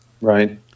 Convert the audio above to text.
Right